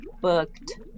booked